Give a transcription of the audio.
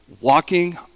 walking